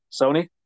Sony